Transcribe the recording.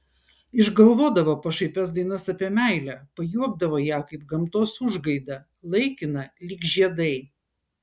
išgalvodavo pašaipias dainas apie meilę pajuokdavo ją kaip gamtos užgaidą laikiną lyg žiedai